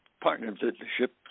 partnership